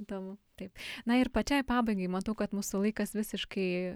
įdomu taip na ir pačiai pabaigai matau kad mūsų laikas visiškai